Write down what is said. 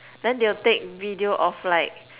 then they'll take video of like